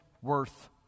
worth